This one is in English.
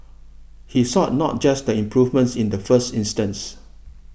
he sought not just the improvements in the first instance